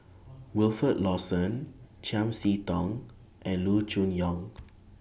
Wilfed Lawson Chiam See Tong and Loo Choon Yong